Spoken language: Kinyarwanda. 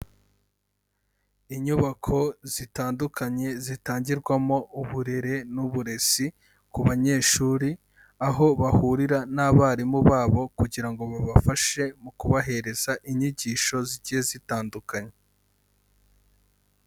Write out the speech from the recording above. Inyubako zitandukanye, zitangirwamo uburere n'uburezi, ku banyeshuri, aho bahurira n'abarimu babo, kugira ngo babafashe, mu kubahereza inyigisho, zigiye zitandukanye.